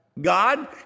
God